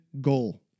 goal